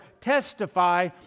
testify